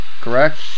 correct